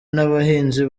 n’abahinzi